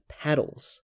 paddles